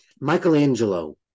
Michelangelo